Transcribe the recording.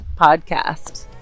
podcast